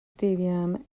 stadium